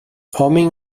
homem